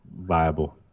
viable